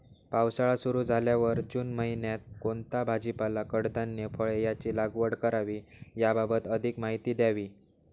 पावसाळा सुरु झाल्यावर जून महिन्यात कोणता भाजीपाला, कडधान्य, फळे यांची लागवड करावी याबाबत अधिक माहिती द्यावी?